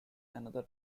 another